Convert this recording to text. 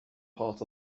part